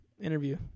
interview